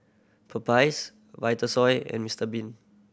Popeyes Vitasoy and Mister Bean